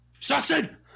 Justin